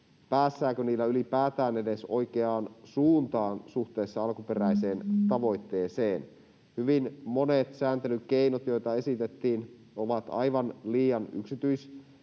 päästäänkö niillä ylipäätään edes oikeaan suuntaan suhteessa alkuperäiseen tavoitteeseen. Hyvin monet sääntelykeinot, joita esitettiin, ovat aivan liian yksityiskohtaisia